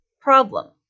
problem